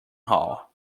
hall